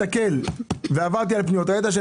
מסתכל ועברתי על הפניות הראיה,